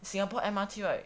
singapore M_R_T right